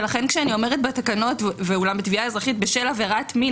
לכן כשאני אומרת בתקנות: "ואולם בתביעה אזרחית בשל עבירת מין,